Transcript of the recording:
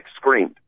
screamed